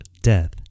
death